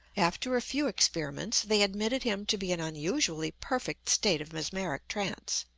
after a few experiments, they admitted him to be an unusually perfect state of mesmeric trance.